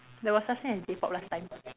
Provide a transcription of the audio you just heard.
there was such thing as J-pop last time